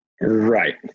Right